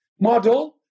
model